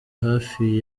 hafi